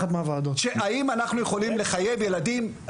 האם אנחנו יכולים לחייב ילדים?